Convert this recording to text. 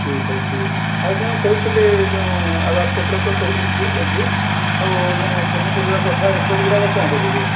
ଠିକ୍ ଅଛି ଆଉ ଯେଉଁ କହୁଥିଲେ ଯେଉଁ ଆବାସପତ୍ର ତ କହିଲେ ଠିକ୍ ଅଛି ଆଉ ଯେଉଁ ପନିପରିବା କଥା ଏସବୁ ଗୁଡ଼ାକ କ'ଣ କରିବେ